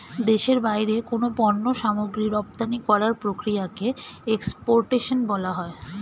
দেশের বাইরে কোনো পণ্য সামগ্রী রপ্তানি করার প্রক্রিয়াকে এক্সপোর্টেশন বলা হয়